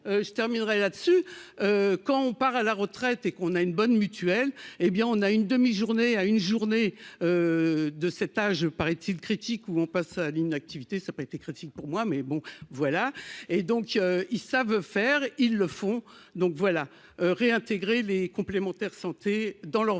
je terminerai là-dessus quand on part à la retraite et qu'on a une bonne mutuelle, hé bien, on a une demi-journée à une journée de cet âge, paraît-il, critique où on passe à l'inactivité ça pas été critique, pour moi, mais bon voilà et donc ils savent faire, ils le font donc voilà réintégrer les complémentaires santé dans leur vrai